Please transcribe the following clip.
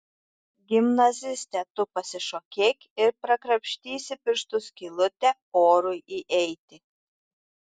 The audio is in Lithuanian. gimnaziste tu pasišokėk ir prakrapštysi pirštu skylutę orui įeiti